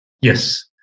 Yes